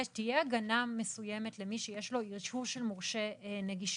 תהיה הגנה מסוימת למי שיש לו אישור של מורשה נגישות.